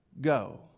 go